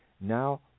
Now